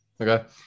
Okay